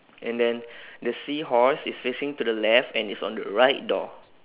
and then the seahorse is facing to the left and is on the right door